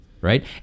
right